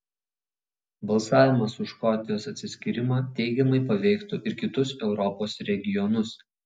balsavimas už škotijos atsiskyrimą teigiamai paveiktų ir kitus europos regionus